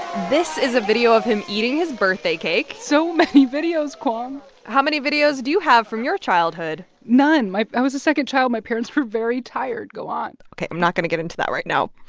this is a video of him eating his birthday cake so many videos, kwong how many videos do you have from your childhood? none. my i was a second child. my parents were very tired. go on ok, i'm not going to get into that right now.